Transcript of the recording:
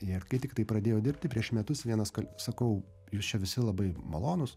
ir kai tiktai pradėjau dirbti prieš metus vienas sakau jūs čia visi labai malonūs